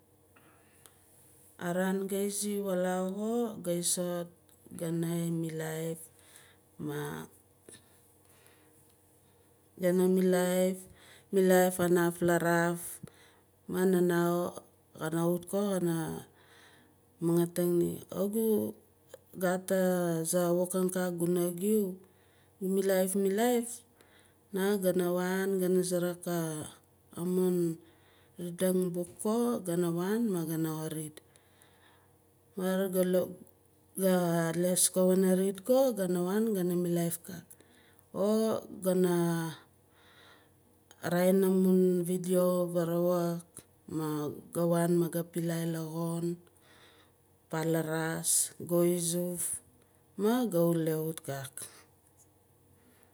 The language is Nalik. Araan ga izi walau xo gana imilaif ma gana milaif kanaf laraf ma nana kan wut ko kana mangaating ni kawit gu gat aza wokang kak guna giu gu milaif milaif maa gana waangana savaka mun reading book ko gana wan ma gana xo read maar ga les ko video varawak ma ga wan maga pilai la xon pala raas go izuf ma ga wule wut kak.